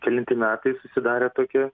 kelinti metai susidarė tokia